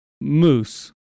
moose